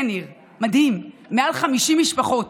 כן, ניר, מדהים, יותר מ-50 משפחות.